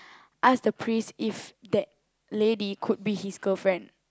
ask the priest if that lady could be his girlfriend